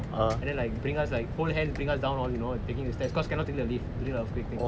then like bring us like hold hands and bring us down all you know taking the stairs because cannot take the lift during the earthquake thing